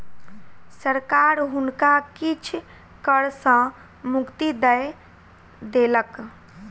सरकार हुनका किछ कर सॅ मुक्ति दय देलक